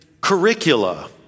curricula